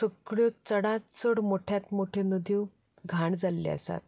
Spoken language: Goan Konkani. सगळ्यो चडांत चड मोठ्यो मोठ्यो नद्यो घाण जाल्ल्यो आसात